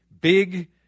Big